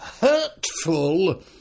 hurtful